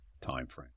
timeframe